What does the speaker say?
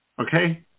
Okay